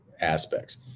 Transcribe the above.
aspects